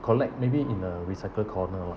collect maybe in a recycle corner